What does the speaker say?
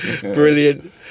brilliant